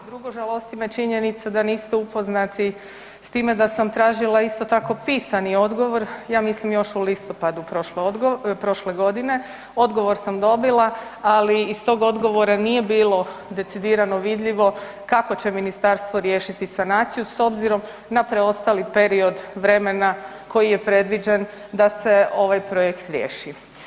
Drugo, žalosti me činjenica da niste upoznati s time da sam tražila isto tako pisani odgovor, ja mislim još u listopadu prošle godine, odgovor sam dobila, ali iz tog odgovora nije bilo decidirano vidljivo kako će ministarstvo riješiti sanaciju s obzirom na preostali period vremena koji je predviđen da se ovaj projekt riješi.